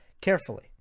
carefully